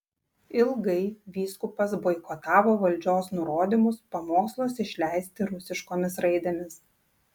ilgai vyskupas boikotavo valdžios nurodymus pamokslus išleisti rusiškomis raidėmis